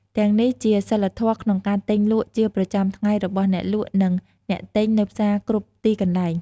ទាំងនេះជាសីលធម៍ក្នុងការទិញលក់ជាប្រចាំថ្ងៃរបស់អ្នកលក់និងអ្នកទិញនៅផ្សារគ្រប់ទីកន្លែង។